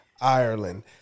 Ireland